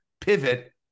pivot